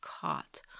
caught